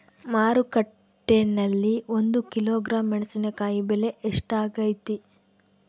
ಮಾರುಕಟ್ಟೆನಲ್ಲಿ ಒಂದು ಕಿಲೋಗ್ರಾಂ ಮೆಣಸಿನಕಾಯಿ ಬೆಲೆ ಎಷ್ಟಾಗೈತೆ?